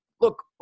look